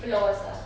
flaws ah